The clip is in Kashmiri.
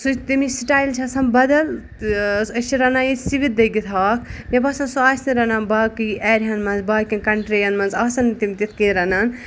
تَمِچ سِٹایِل چھِ آسان بدل أسۍ چھِ رَنان ییٚتہِ سِوِتھ دٔگِتھ ہاکھ مےٚ باسان سُہ آسہِ نہٕ رَنان باقٕے ایریا ہَن منٛز باقٮ۪ن کَنٹرین منٛز آسن نہٕ تِم تِتھ کٔنۍ رَنان